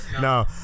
No